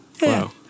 Wow